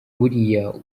biriya